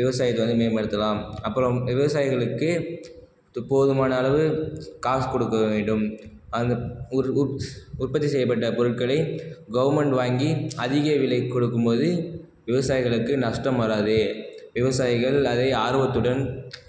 விவசாயத்தை வந்து மேம்படுத்தலாம் அப்புறம் விவசாயிகளுக்கு இது போதுமான அளவு காசு கொடுக்க வேண்டும் அங்கு உற் உற் உற்பத்தி செய்யப்பட்ட பொருட்களை கவுர்மெண்ட் வாங்கி அதிக விலைக்கு கொடுக்கும் போது விவசாயிகளுக்கு நஷ்டம் வராது விவசாயிகள் அதை ஆர்வத்துடன்